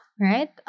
right